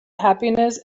happiness